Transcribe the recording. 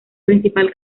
principal